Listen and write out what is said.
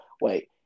wait